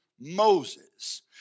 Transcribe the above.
Moses